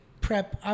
prep